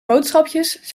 boodschapjes